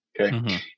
Okay